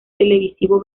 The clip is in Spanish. televisivo